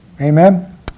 Amen